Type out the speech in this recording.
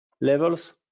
levels